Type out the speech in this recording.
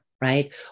Right